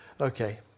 Okay